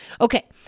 Okay